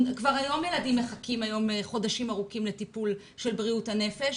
אם כבר היום ילדים מחכים חודשים ארוכים לטיפול של בריאות הנפש